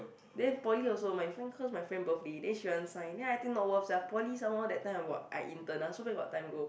then poly also my friend cause my friend birthday then she want to sign then I think not worth sia poly some more that time I were I intern so where got time go